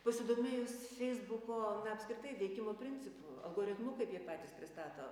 pasidomėjus feisbuko apskritai veikimo principu algoritmu kaip jie patys pristato